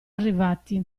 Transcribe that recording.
arrivati